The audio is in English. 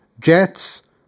Jets